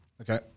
Okay